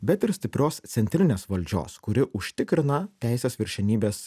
bet ir stiprios centrinės valdžios kuri užtikrina teisės viršenybės